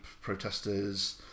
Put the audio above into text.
protesters